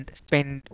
spend